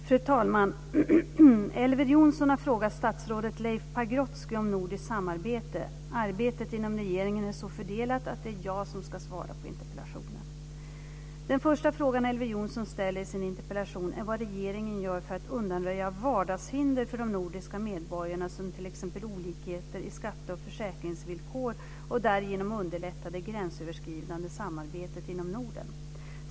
Fru talman! Elver Jonsson har frågat statsrådet Leif Pagrotsky om nordiskt samarbete. Arbetet inom regeringen är så fördelat att det är jag som ska svara på interpellationen. Den första frågan Elver Jonsson ställer i sin interpellation är vad regeringen gör för att undanröja "vardagshinder" för de nordiska medborgarna som t.ex. olikheter i skatte och försäkringsvillkor och därigenom underlätta det gränsöverskridande samarbetet inom Norden.